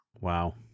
Wow